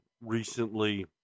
Recently